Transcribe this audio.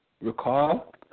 recall